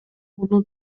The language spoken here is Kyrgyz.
муну